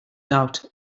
doubt